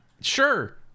Sure